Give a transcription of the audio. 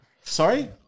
Sorry